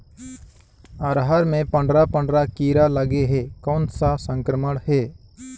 अरहर मे पंडरा पंडरा कीरा लगे हे कौन सा संक्रमण हे?